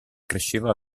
cresceva